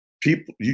People